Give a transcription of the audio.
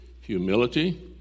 humility